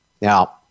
Now